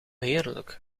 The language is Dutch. heerlijk